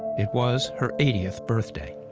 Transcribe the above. it was her eightieth birthday.